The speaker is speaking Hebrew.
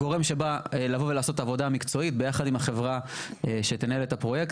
הגורם שבא לעשות עבודה מקצועית ביחד עם החברה שתנהל את הפרויקט,